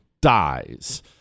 dies